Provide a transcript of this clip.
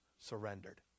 surrendered